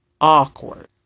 awkward